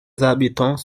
habitants